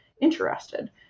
interested